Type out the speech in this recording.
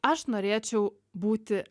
aš norėčiau būti